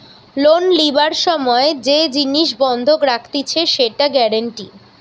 loan লিবার সময় যে জিনিস বন্ধক রাখতিছে সেটা গ্যারান্টি